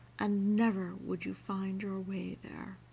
and never would you find your way there.